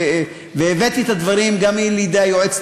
והבאתי את הדברים גם לידי היועצת